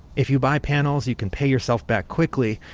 if you buy panels, you can pay yourself back quickly.